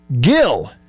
Gil